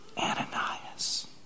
Ananias